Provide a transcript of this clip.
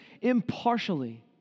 impartially